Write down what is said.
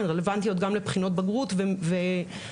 הן רלוונטיות גם לבחינות בגרות והמכללות